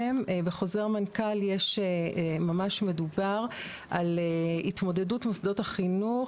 בחוזר מנכ"ל ממש מדובר על התמודדות מוסדות החינוך.